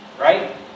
Right